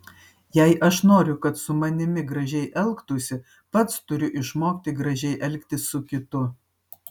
jei aš noriu kad su manimi gražiai elgtųsi pats turiu išmokti gražiai elgtis su kitu